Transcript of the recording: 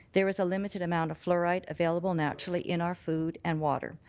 there is a limited amount of fluoride available naturally in our food and water.